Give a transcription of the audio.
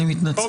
אני מתנצל.